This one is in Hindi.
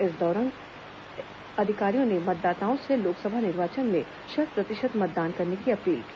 इस अवसर पर अधिकारियों ने मतदाताओं से लोकसभा निर्वाचन में शत प्रतिशत मतदान करने की अपील की